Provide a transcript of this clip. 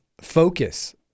focus